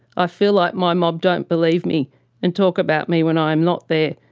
i feel like my mob don't believe me and talk about me when i am not there.